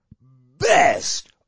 Best